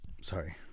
sorry